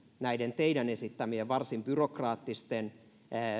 näiden teidän esittämienne varsin byrokraattisten